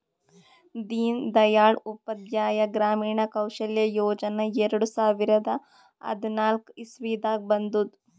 ದೀನ್ ದಯಾಳ್ ಉಪಾಧ್ಯಾಯ ಗ್ರಾಮೀಣ ಕೌಶಲ್ಯ ಯೋಜನಾ ಎರಡು ಸಾವಿರದ ಹದ್ನಾಕ್ ಇಸ್ವಿನಾಗ್ ಬಂದುದ್